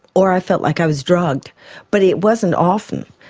or i felt like i was drugged but it wasn't often.